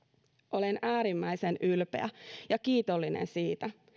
olen äärimmäisen ylpeä ja kiitollinen siitä